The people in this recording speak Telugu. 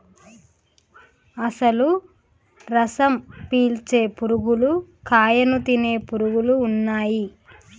అసలు రసం పీల్చే పురుగులు కాయను తినే పురుగులు ఉన్నయ్యి